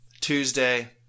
Tuesday